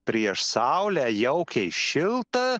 prieš saulę jaukiai šilta